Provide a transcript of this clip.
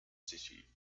city